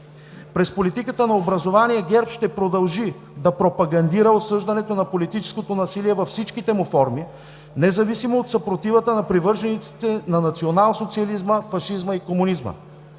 През политиката на образование ГЕРБ ще продължи да пропагандира осъждането на политическото насилие във всичките му форми, независимо от съпротивата на привържениците на националсоциализма, фашизма и комунизма.